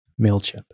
MailChimp